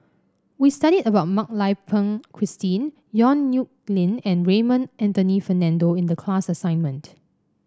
we studied about Mak Lai Peng Christine Yong Nyuk Lin and Raymond Anthony Fernando in the class assignment